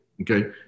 Okay